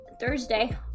Thursday